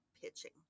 pitching